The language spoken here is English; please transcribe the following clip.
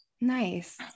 Nice